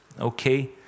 okay